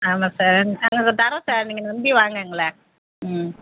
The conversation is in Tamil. ஆமாம் சார் நாங்கள் தரோம் சார் நீங்கள் நம்பி வாங்க எங்களை ம்